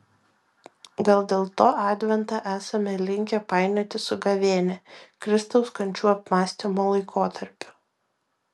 gal dėl to adventą esame linkę painioti su gavėnia kristaus kančių apmąstymo laikotarpiu